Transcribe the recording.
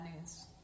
news